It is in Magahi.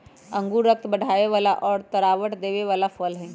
अंगूर रक्त बढ़ावे वाला और तरावट देवे वाला फल हई